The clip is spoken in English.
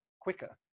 quicker